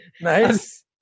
Nice